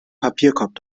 papierkorb